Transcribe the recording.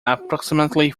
approximately